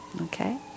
Okay